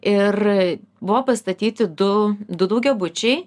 ir buvo pastatyti du du daugiabučiai